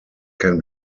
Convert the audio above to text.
can